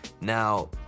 Now